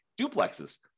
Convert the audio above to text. duplexes